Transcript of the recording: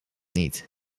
niet